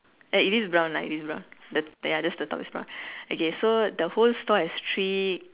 ya it is brown lah it is brown the ya just the top is brown okay so the whole store is three